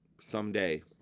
someday